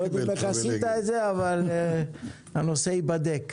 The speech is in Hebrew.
אנחנו לא יודעים איך עשית את זה אבל הנושא ייבדק.